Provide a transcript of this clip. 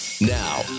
Now